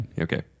Okay